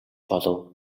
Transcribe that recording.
болов